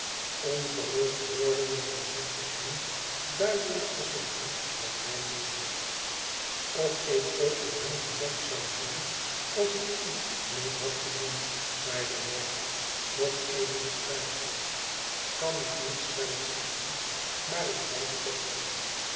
ongerust wordende verzocht ik hem duidelijk te zeggen wat hij meende of ik ook op hem gelet zou hebben als ik u niet had gezien zeide wopsle nog even verbijsterd u kan ik niet stellig zeggen maar ik denk het toch wel